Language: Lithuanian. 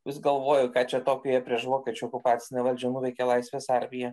vis galvoju ką čia tokio jie prieš vokiečių okupacinę valdžią nuveikė laisvės armija